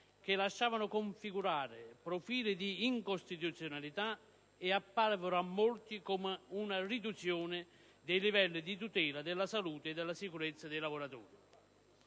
che lasciavano intravedere profili di incostituzionalità e che apparvero a molti come una riduzione dei livelli di tutela della salute e della sicurezza dei lavoratori.